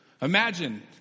Imagine